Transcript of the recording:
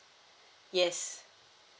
yes